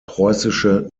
preußische